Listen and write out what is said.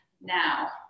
now